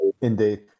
indeed